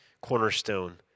cornerstone